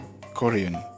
Korean